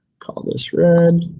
call this red,